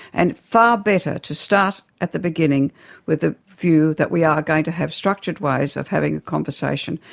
and far better to start at the beginning with the view that we are going to have structured ways of having a conversation,